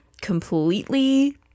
completely